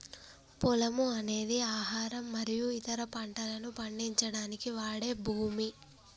పొలము అనేది ఆహారం మరియు ఇతర పంటలను పండించడానికి వాడే భూమి